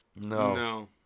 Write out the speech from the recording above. No